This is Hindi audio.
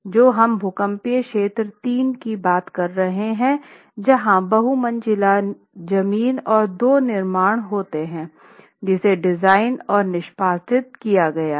तो हम भूकंपीय क्षेत्र III की बात कर रहे हैं जहाँ बहु मंजिला जमीन और दो निर्माणों होते हैं जिसे डिजाइन और निष्पादित किया गया है